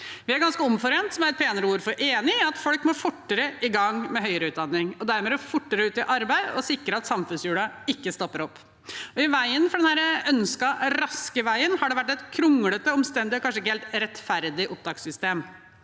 Vi er ganske omforente, som er et penere ord for enige, om at folk må fortere i gang med høyere utdanning og dermed komme fortere ut i arbeid og sikre at samfunnshjulene ikke stopper opp. Men i veien for denne ønskede raske veien har det vært et kronglete, omstendelig og kanskje ikke helt rettferdig opptakssystem.